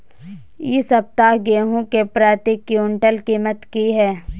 इ सप्ताह गेहूं के प्रति क्विंटल कीमत की हय?